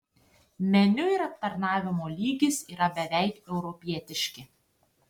meniu ir aptarnavimo lygis yra beveik europietiški